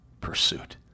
pursuit